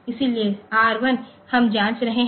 इसलिए R 1 हम जाँच रहे हैं